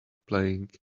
playing